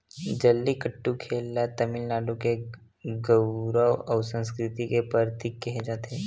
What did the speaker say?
जल्लीकट्टू खेल ल तमिलनाडु के गउरव अउ संस्कृति के परतीक केहे जाथे